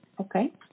Okay